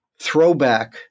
throwback